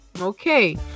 okay